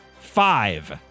five